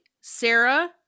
Sarah